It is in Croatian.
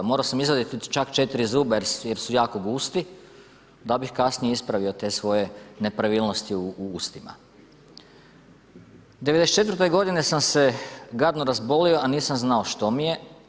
Morao sam izvaditi čak 4 zuba jer su jako gusti da bih kasnije ispravio te svoje nepravilnosti u ustima. '94. godine sam se gadno razbolio, a nisam znao što mi je.